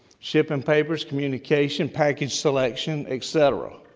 shipping papers, communication, package selection, etcetera.